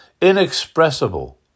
inexpressible